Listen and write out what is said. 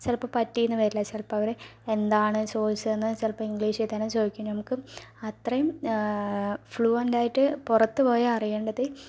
ചിലപ്പം പറ്റീന്ന് വരില്ല ചിലപ്പം അവര് എന്താണ് ചോദിച്ചതെന്നു ചിലപ്പോൾ ഇംഗ്ലീഷിൽ തന്നെ ചോദിക്കും നമുക്ക് അത്രയും ഫ്ലുവെൻറ്റ് ആയിട്ട് പുറത്തു പോയാൽ അറിയേണ്ടത്